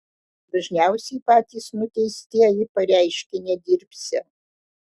dažniausiai patys nuteistieji pareiškia nedirbsią